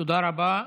תודה רבה.